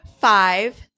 five